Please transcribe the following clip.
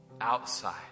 outside